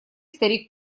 старик